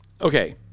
okay